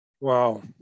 Wow